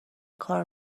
کار